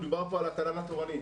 דובר פה על התל"ן התורני,